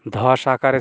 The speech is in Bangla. ধস আকারে